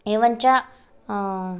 एवं च